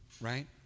right